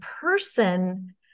person